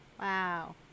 Wow